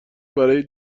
برای